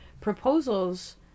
proposals